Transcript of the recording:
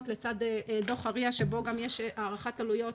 לצד דוח ה-RIA שבו גם יש הערכת עלויות